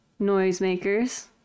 Noisemakers